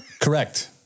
Correct